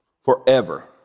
Forever